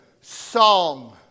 song